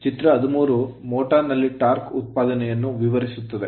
ಚಿತ್ರ 13 motor motor ನಲ್ಲಿ torque torque ಉತ್ಪಾದನೆಯನ್ನು ವಿವರಿಸುತ್ತದೆ